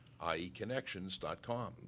ieconnections.com